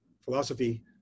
philosophy